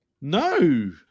No